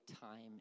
time